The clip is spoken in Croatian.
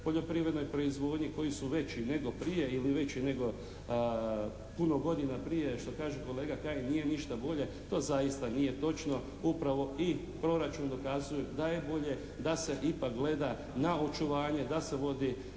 poljoprivrednoj proizvodnji, koji su veći nego prije ili veći nego puno godina prije što kaže kolega Kajin nije ništa bolje. To zaista nije točno. Upravo i proračun dokazuje da je bolje, da se ipak gleda na očuvanje, da se vodi